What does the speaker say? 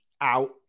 out